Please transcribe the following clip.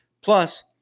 Plus